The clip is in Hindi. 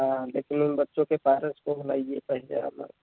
हाँ लेकिन उन बच्चों के फादर्स को बुलाइए पहले आप ना